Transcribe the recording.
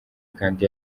kandi